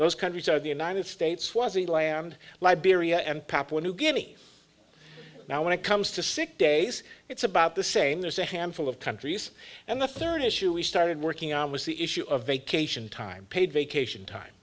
those countries are the united states was the land liberia and papua new guinea now when it comes to sick days it's about the same there's a handful of countries and the third issue we started working on was the issue of vacation time paid vacation time